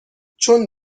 چون